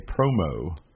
promo